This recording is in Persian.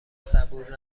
صبور